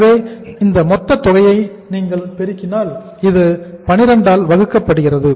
எனவே இந்த மொத்த தொகையை நீங்கள் பெருக்கினால் இது 12 ஆல் வகுக்கப்படுகிறது